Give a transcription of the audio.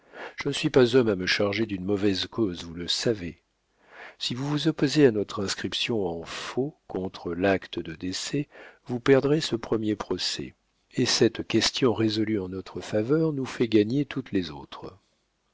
je ne suis pas homme à me charger d'une mauvaise cause vous le savez si vous vous opposez à notre inscription en faux contre l'acte de décès vous perdrez ce premier procès et cette question résolue en notre faveur nous fait gagner toutes les autres